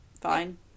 fine